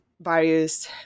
various